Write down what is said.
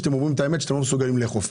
שאתם אומרים את האמת שאתם לא מסוגלים לאכוף.